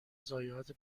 ضایعات